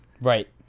Right